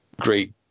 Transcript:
great